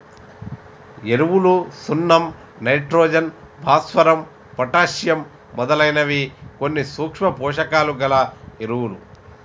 ఎరువులు సున్నం నైట్రోజన్, భాస్వరం, పొటాషియమ్ మొదలైనవి కొన్ని సూక్ష్మ పోషకాలు గల ఎరువులు